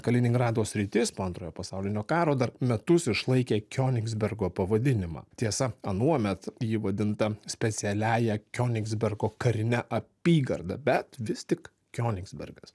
kaliningrado sritis po antrojo pasaulinio karo dar metus išlaikė kionigsbergo pavadinimą tiesa anuomet ji vadinta specialiąja kionigsbergo karine apygarda bet vis tik kionigsbergas